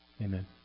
Amen